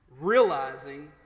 realizing